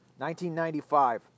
1995